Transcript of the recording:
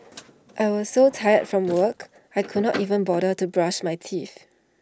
I was so tired from work I could not even bother to brush my teeth